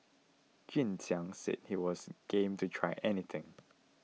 Jun Xiang said he was game to try anything